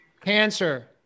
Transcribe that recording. cancer